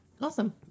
Awesome